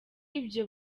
ibyo